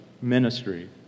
ministry